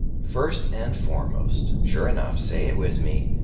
first and foremost. sure enough. say it with me.